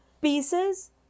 pieces